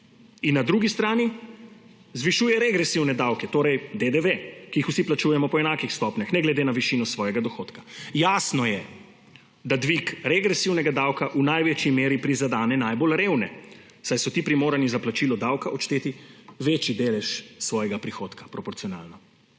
in na drugi strani zvišuje regresivne davke, torej DDV, ki jih vsi plačujemo po enakih stopnjah, ne glede na višino svojega dohodka. Jasno je, da dvig regresivnega davka v največji meri prizadene najbolj revne, saj so ti primorani za plačilo davka odšteti večji delež svojega dohodka proporcionalno.